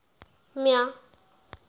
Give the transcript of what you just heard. म्या